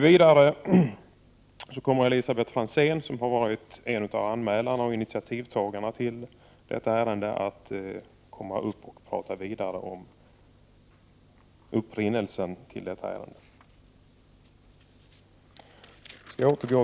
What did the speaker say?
Vidare kommer Elisabet Franzén, som har varit en av anmälarna och initiativtagarna till detta ärende, att prata mer om upprinnelsen till det.